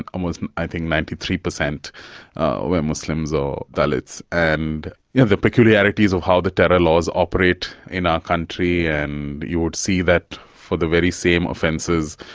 almost i think ninety three percent were muslims or dalits. and yeah the peculiarities of how the terror laws operate in our country, and you would see that for the very same offences,